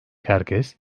herkes